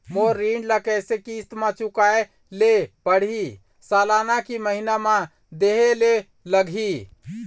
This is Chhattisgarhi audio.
मोर ऋण ला कैसे किस्त म चुकाए ले पढ़िही, सालाना की महीना मा देहे ले लागही?